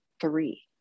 three